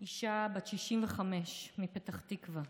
אישה בת 65 מפתח תקווה,